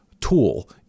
tool